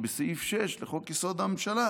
בסעיף 6 בחוק-יסוד: הממשלה,